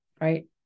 right